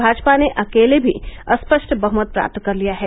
भाजप ने अकेले भी स्पष्ट बहमत प्राप्त कर लिया है